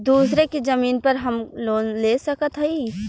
दूसरे के जमीन पर का हम लोन ले सकत हई?